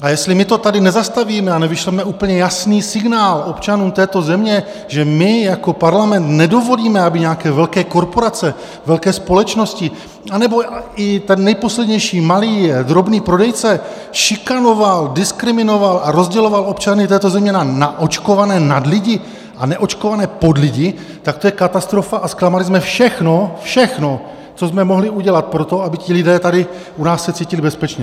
A jestli my to tady nezastavíme a nevyšleme úplně jasný signál občanům této země, že my jako parlament nedovolíme, aby nějaké velké korporace, velké společnosti anebo i ten nejposlednější malý drobný prodejce šikanoval, diskriminoval a rozděloval občany této země na naočkované nadlidi a neočkované podlidi, tak to je katastrofa a zklamali jsme všechno, všechno, co jsme mohli udělat pro to, aby ti lidé tady u nás se cítili bezpečně.